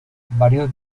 varios